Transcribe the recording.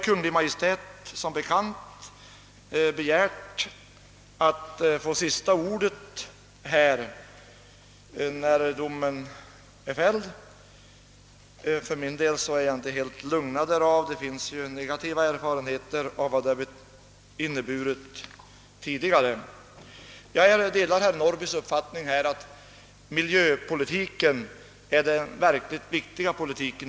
Kungl. Maj:t har som bekant begärt att få sista ordet när domen är fälld. För min del är jag inte helt lugnad därav. Det finns negativa erfarenheter tidigare av vad detta inneburit. Jag delar herr Norrbys uppfattning om att miljöpolitiken i dag är den verkligt viktiga politiken.